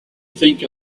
think